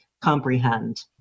comprehend